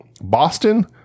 Boston